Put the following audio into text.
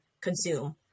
consume